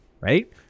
Right